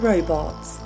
Robots